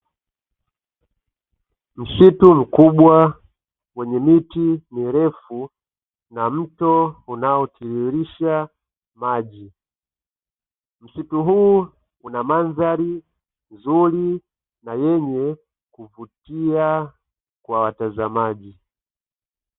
Msitu mkubwa wenye miti mirefu na mto unaotiririsha maji. Msitu huu una mandhari nzuri na yenye kuvutia kwa watazamaji.